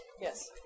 Yes